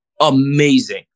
amazing